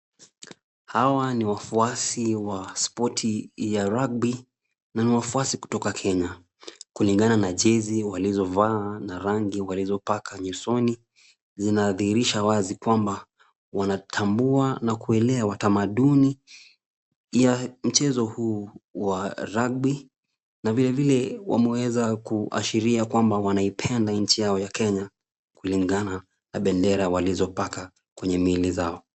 Hawa ni wafuasi wa spoti ya rugby na ni wafuasi kutoka Kenya kulingana na jezi walizovaa na rangi walizopaka nyusoni, zinadhihirisha wazi kwamba wanatambua na kuelewa tamaduni ya mchezo huu wa rugby na vilevile wameweza kuashiria kwamba wanaipenda nchi yao ya Kenya kulingana na bendera walizopaka kwenye miili zao.